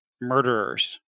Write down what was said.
murderers